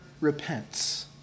repents